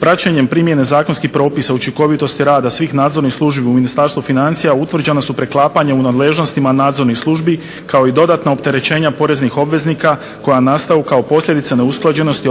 praćenjem primjene zakonskih propisa učinkovitosti rada svih nadzornih službi u Ministarstvu financija utvrđena su preklapanja u nadležnostima nadzornih službi, kao i dodatna opterećenja poreznih obveznika koja nastaju kao posljedica neusklađenosti